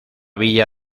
villa